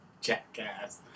jackass